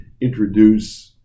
introduce